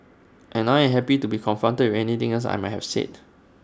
and I am happy to be confronted with anything else I might have said